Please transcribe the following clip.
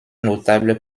notable